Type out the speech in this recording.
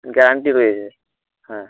guarantee রয়েছে হ্যাঁ